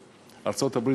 בארצות-הברית?